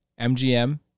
MGM